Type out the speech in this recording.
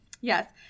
Yes